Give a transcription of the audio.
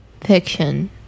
fiction